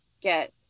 get